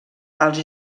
als